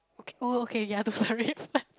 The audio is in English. okay oh okay ya there's a red flag